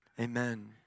amen